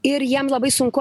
ir jiems labai sunku